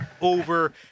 over